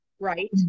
right